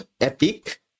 Epic